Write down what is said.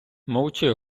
мовчи